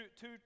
two